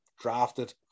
drafted